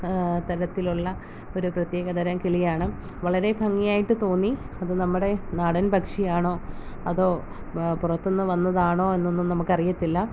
തരത്തിലുള്ള ഒരു പ്രത്യേക തരം കിളിയാണ് വളരെ ഭംഗിയായിട്ട് തോന്നി അത് നമ്മടെ നാടൻ പക്ഷിയാണോ അതൊ പുറത്ത് നിന്നും വന്നതാണോ എന്നൊന്നും നമുക്കറിയത്തില്ല